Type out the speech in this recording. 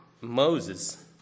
Moses